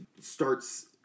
starts